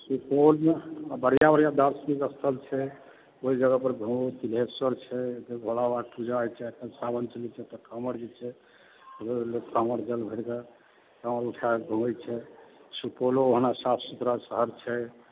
सुपौलमे बढ़िआँ बढ़िआँ दार्शनिक स्थल छै ओहि जगहपर घुमू तिलेश्वर छै भोलाबाबाके पूजा होइ छै एखन सावन चलै छै तऽ काँवड़ जे छै लऽ गेल लोक काँवड़ जल भरिकऽ काँवड़ उठाकऽ घुमै छै सुपौलो ओना साफ सुथरा शहर छै